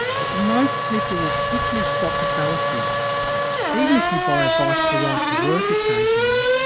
but most people will quickly spot the fallacy even if you buy a bike to ride to work occasionally,